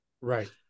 Right